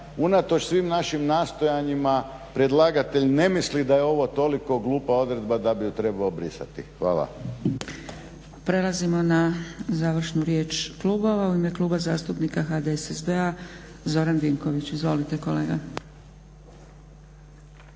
unatoč svim našim nastojanjima predlagatelj ne mislim da je ovo toliko glupa odredba da bi ju trebao obrisati. Hvala.